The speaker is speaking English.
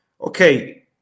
Okay